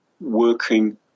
working